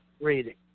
reading